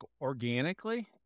organically